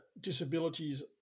disabilities